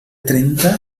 trenta